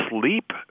sleep